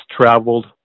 traveled